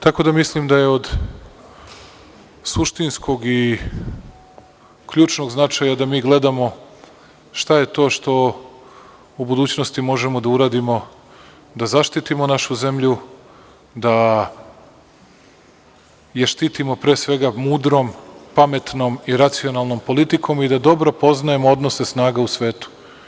Tako da, mislim da je od suštinskog i ključnog značaja da mi gledamo šta je to što u budućnosti možemo da uradimo da zaštitimo našu zemlju, da je štitimo pre svega mudrom, pametnom i racionalnom politikom i da dobro poznajemo odnose snaga u svetu.